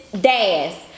dance